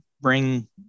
bring